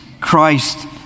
Christ